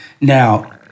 Now